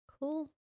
Cool